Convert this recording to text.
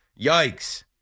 Yikes